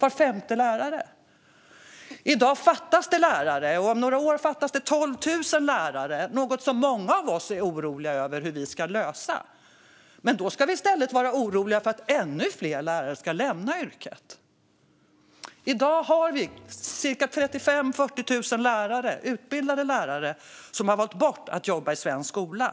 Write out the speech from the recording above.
I dag fattas det lärare. Om några år fattas det 12 000 lärare, något som många av oss är oroliga över och undrar hur vi ska lösa. Ska vi i stället behöva vara oroliga för att ännu fler lärare ska lämna yrket? I dag har vi 35 000-40 000 utbildade lärare som har valt bort att arbeta i svensk skola.